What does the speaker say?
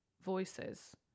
voices